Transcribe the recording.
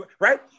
Right